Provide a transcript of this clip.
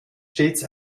stets